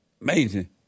Amazing